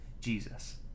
Jesus